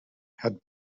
had